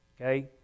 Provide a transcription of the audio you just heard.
Okay